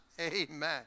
Amen